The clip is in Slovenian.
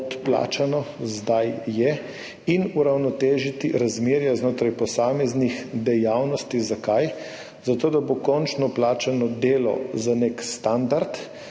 podplačano, zdaj je, in uravnotežiti razmerja znotraj posameznih dejavnosti. Zakaj? Zato da bo končno plačano delo za nek standard,